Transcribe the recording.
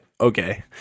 Okay